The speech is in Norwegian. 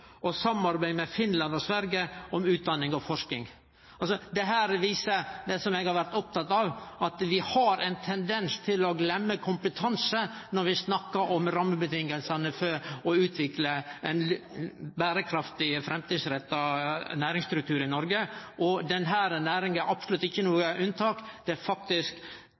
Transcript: og nasjonale forskingsmiljø samarbeid med Finland og Sverige om utdanning og forsking. Dette viser det som eg har vore oppteken av, at vi har ein tendens til å gløyme kompetanse når vi snakkar om rammeføresetnadene for å utvikle ein berekraftig, framtidsretta næringsstruktur i Noreg. Og denne næringa er absolutt ikkje noko unnatak. Noko av det som eg faktisk